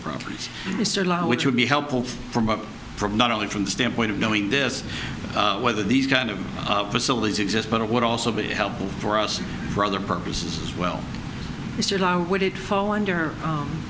properties which would be helpful from up from not only from the standpoint of knowing this whether these kind of facilities exist but it would also be helpful for us for other purposes well would it fall under